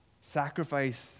Sacrifice